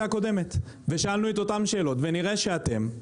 הקודמת ושאלנו את אותן שאלות ונראה שאתם,